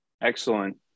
Excellent